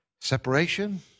Separation